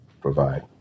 provide